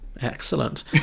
Excellent